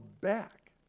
back